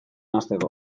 hasteko